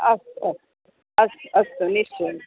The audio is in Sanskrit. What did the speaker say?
अस्तु अस्तु अस्तु अस्तु निश्चयेन